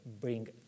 bring